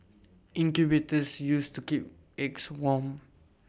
incubators used to keep eggs warm